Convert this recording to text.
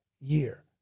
year